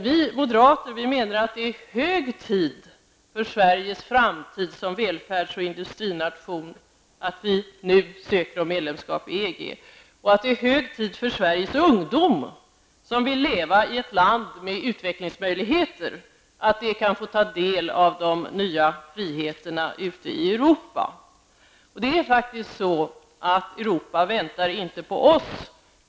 Vi moderater menar att det är hög tid för Sveriges framtid som välfärds och industrination att nu söka om medlemskap i EG. Det är hög tid att Sveriges ungdom, som vill leva i ett land med utvecklingsmöjligheter, kan få ta del av de nya friheterna ute i Europa. Europa väntar inte på oss.